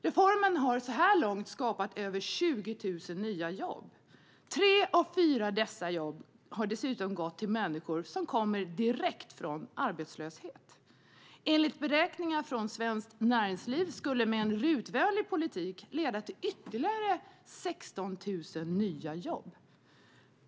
Reformen har så här långt skapat mer än 20 000 nya jobb. Tre av fyra jobb har dessutom gått till människor som kommit direkt från arbetslöshet. Enligt beräkningar från Svenskt Näringsliv skulle en RUT-vänlig politik leda till ytterligare 16 000 nya jobb.